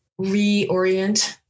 reorient